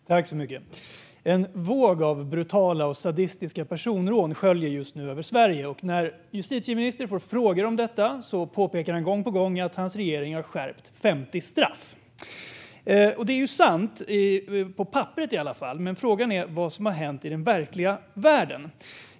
Fru talman! En våg av brutala och sadistiska personrån sköljer just nu över Sverige. När justitieministern får frågor om detta påpekar han gång på gång att hans regering har skärpt 50 straff. Det är sant, i alla fall på pappret. Men frågan är vad som har hänt i den verkliga världen.